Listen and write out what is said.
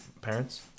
parents